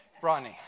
Ronnie